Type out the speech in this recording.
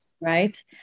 right